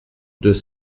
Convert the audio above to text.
deux